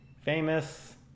famous